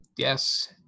Yes